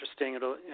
interesting